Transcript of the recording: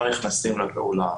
לא נכנסים לפעולה.